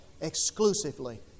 exclusively